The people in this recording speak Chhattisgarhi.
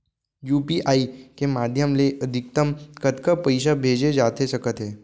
यू.पी.आई के माधयम ले अधिकतम कतका पइसा भेजे जाथे सकत हे?